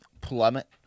plummet